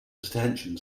detention